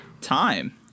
Time